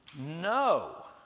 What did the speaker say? No